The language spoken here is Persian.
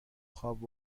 خواب